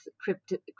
cryptic